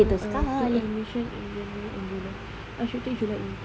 ah july admission and then I should take july intake